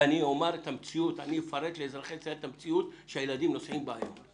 ואני אפרט לאזרחי ישראל את המציאות שבה הילדים נוסעים היום.